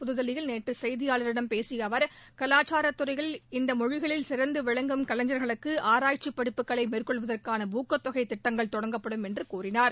புதுதில்லியில் நேற்று செய்தியாளர்களிடம் பேசிய அவர் கலாச்சார துறையில் இந்த மொழிகளில் சிறந்து விளங்கும் கவைஞர்களுக்கு ஆராய்ச்சி படிப்புகளை மேற்கொள்வதற்கான ஊக்கத்தொகை திட்டங்கள் தொடங்கப்படும் என்று கூறினார்